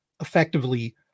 effectively